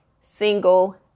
single